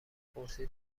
پرسید